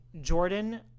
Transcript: Jordan